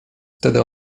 wtedy